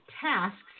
tasks